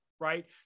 Right